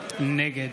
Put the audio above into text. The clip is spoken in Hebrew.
נגד